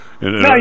No